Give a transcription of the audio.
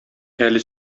әле